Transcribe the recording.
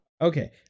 Okay